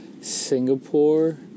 Singapore